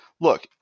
look